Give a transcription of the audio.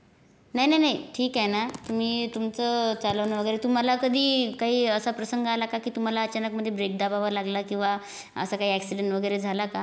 नाही नाही नाही ठीक आहे ना मी तुमचं चालवणं वगैरे तुम्हाला कधी काही असा प्रसंग आला का की तुम्हाला अचानक मध्ये ब्रेक दाबावा लागला किंवा असा काही अॅक्सिडेंट वगैरे झाला का